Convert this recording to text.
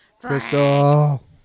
Crystal